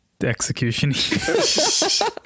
execution